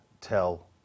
tell